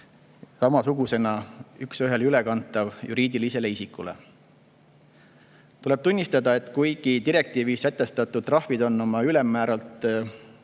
samasugusena üks ühele üle kantav juriidilisele isikule. Tuleb tunnistada, et kuigi direktiivis sätestatud trahvid on oma ülemmääralt